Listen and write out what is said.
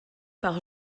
par